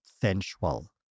sensual